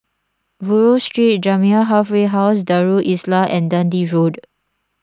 Buroh Street Jamiyah Halfway House Darul Islah and Dundee Road